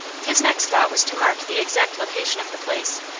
his next thought was to mark the exact location of the place,